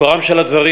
מקורם של הדברים